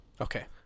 okay